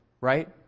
right